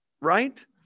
right